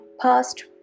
past